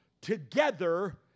Together